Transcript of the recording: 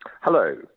Hello